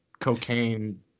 cocaine